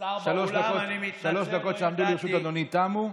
שלוש הדקות שעמדו לרשות אדוני תמו,